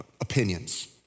opinions